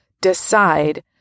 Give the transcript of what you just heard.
decide